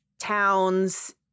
towns